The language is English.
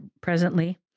presently